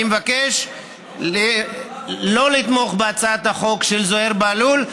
אני מבקש שלא לתמוך בהצעת החוק של זוהיר בהלול.